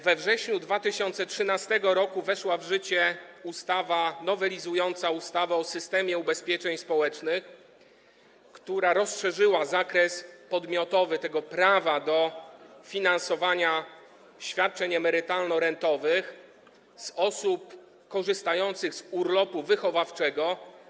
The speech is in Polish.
We wrześniu 2013 r. weszła w życie ustawa nowelizująca ustawę o systemie ubezpieczeń społecznych, która rozszerzyła zakres podmiotowy tego prawa do finansowania świadczeń emerytalno-rentowych - z osób korzystających z urlopu wychowawczego.